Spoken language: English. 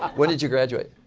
when did you graduate?